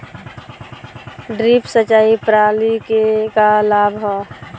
Drip सिंचाई प्रणाली के का लाभ ह?